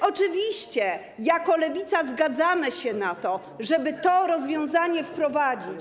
Oczywiście jako Lewica zgadzamy się, żeby to rozwiązanie wprowadzić.